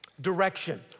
direction